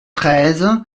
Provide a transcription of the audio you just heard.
treize